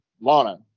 Lana